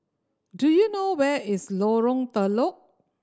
do you know where is Lorong Telok